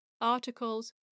articles